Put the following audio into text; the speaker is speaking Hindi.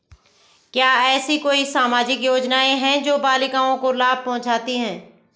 क्या ऐसी कोई सामाजिक योजनाएँ हैं जो बालिकाओं को लाभ पहुँचाती हैं?